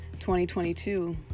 2022